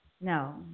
no